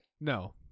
No